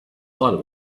silent